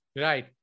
Right